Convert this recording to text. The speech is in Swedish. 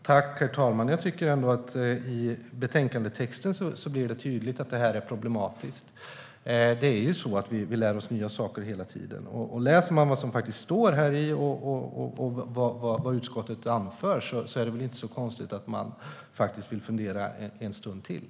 Herr talman! Jag tycker att det blir tydligt i betänkandetexten att det här är problematiskt. Vi lär oss nya saker hela tiden. Läser man vad som faktiskt står här och vad utskottet anför är det väl inte så konstigt att man vill fundera en stund till.